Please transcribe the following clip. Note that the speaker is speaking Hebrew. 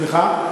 סליחה?